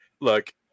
Look